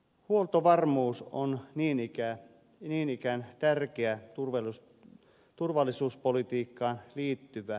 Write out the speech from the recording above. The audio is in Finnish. huoltovarmuus on niin ikään tärkeä turvallisuuspolitiikkaan liittyvä tekijä